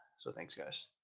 so thanks guys!